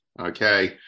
okay